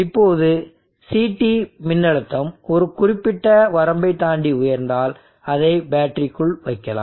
இப்போது CT மின்னழுத்தம் ஒரு குறிப்பிட்ட வரம்பைத் தாண்டி உயர்ந்தால் அதை பேட்டரிக்குள் வைக்கலாம்